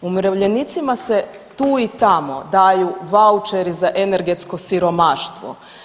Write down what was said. Umirovljenicima se tu i tamo daju vaučeri za energetsko siromaštvo.